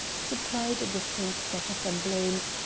supplied a different set of emblems,